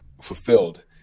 fulfilled